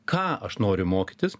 ką aš noriu mokytis